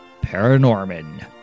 Paranorman